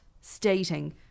stating